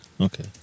Okay